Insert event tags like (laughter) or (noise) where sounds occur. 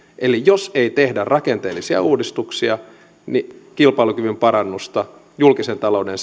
eli jos ei tehdä rakenteellisia uudistuksia kilpailukyvyn parannusta julkisen talouden (unintelligible)